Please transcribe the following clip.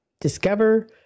discover